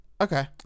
Okay